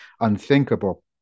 unthinkable